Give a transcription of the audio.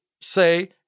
say